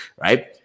right